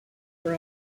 for